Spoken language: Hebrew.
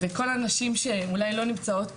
לכל הנשים שאולי לא נמצאות פה,